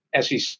SEC